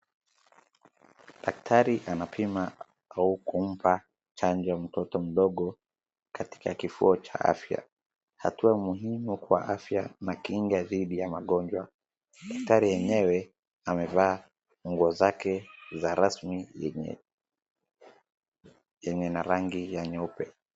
Daktari anapima au kumpa chanjo mtoto mdogo katika kifuo cha afya. Hatua muhimu kwa afya na kinga dhidi ya magonjwa. Daktari yenyewe amevaa manguo zake za rasmi yenye na rangi ya nyeupe.